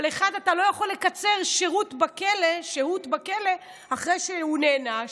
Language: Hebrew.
אבל 1. אתה לא יכול לקצר שהות בכלא אחרי שהוא נענש,